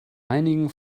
einigen